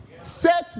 Sex